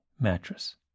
Mattress